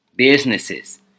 businesses